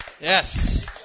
Yes